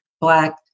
black